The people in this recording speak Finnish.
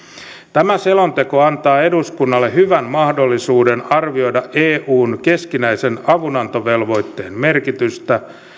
tämä selonteko antaa eduskunnalle hyvän mahdollisuuden arvioida eun keskinäisen avunantovelvoitteen merkitystä